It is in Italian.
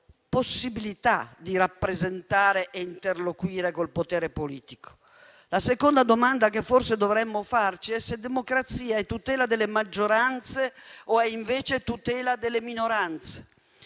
possibilità di rappresentare e interloquire con il potere politico. La seconda domanda che forse dovremmo farci è se democrazia è tutela delle maggioranze o è invece tutela delle minoranze